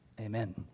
Amen